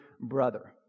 brother